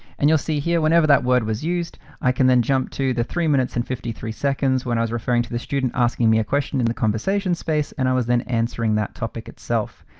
and you'll see here whenever that word was used, i can then jump to the three minutes and fifty three seconds, when i was referring to the student asking me a question in the conversation space, and i was then answering that topic itself.